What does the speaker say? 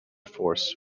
force